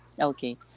Okay